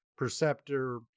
Perceptor